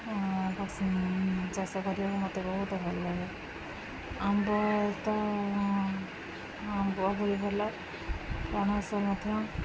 ଚାଷ କରିବାକୁ ମୋତେ ବହୁତ ଭଲ ଲାଗେ ଆମ୍ବ ତ ଆମ୍ବ ବି ଭଲ ପଣସ ମଧ୍ୟ